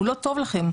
הוא לא טוב לכם.